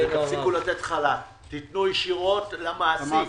תנו ישירות למעסיק.